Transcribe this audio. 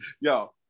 yo